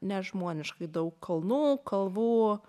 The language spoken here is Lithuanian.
nežmoniškai daug kalnų kalvų